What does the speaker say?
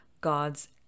gods